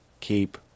Keep